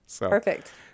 Perfect